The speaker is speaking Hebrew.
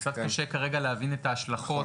קצת קשה, כרגע, להבין את ההשלכות